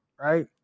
right